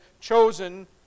chosen